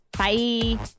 Bye